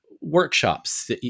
workshops